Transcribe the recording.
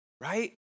right